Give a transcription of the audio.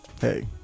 hey